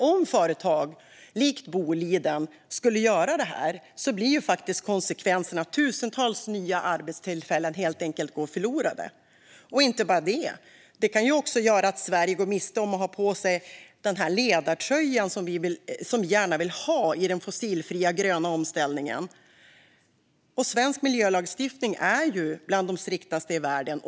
Om företag likt Boliden skulle göra det blir konsekvensen att tusentals nya arbetstillfällen helt enkelt går förlorade. Inte bara det - det kan också göra att Sverige går miste om ledartröjan i den fossilfria gröna omställningen, som vi gärna vill ha. Svensk miljölagstiftning är bland de striktaste i världen.